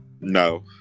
no